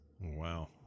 Wow